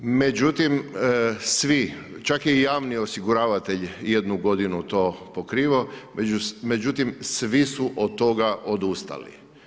Međutim svi, čak je i javni osiguravatelj jednu godinu to pokrivao međutim svi su od toga odustali.